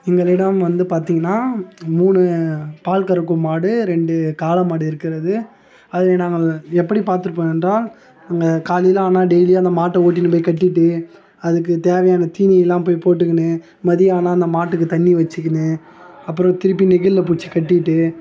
எங்களிடம் வந்து பார்த்தீங்கனா மூணு பால் கறக்கும் மாடு ரெண்டு காளை மாடு இருக்குகிறது அதை நாங்கள் எப்படி பார்த்துருப்போம் என்றால் நாங்கள் காலையில் ஆனால் டெய்லி அந்த மாட்டை ஓட்டினு போய் கட்டிட்டு அதுக்கு தேவையான தீனியல்லாம் போய் போட்டுக்குனு மதியம் ஆனால் அந்த மாட்டுக்கு தண்ணி வச்சிக்கினு அப்புறம் திருப்பி நெகிள்ள பிடிச்சி கட்டிட்டு